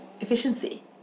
efficiency